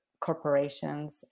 corporations